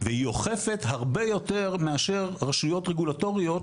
והיא אוכפת הרבה יותר מאשר רשויות רגולטוריות